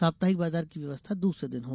साप्ताहिक बाजार की व्यवस्था दूसरे दिन हो